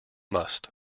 must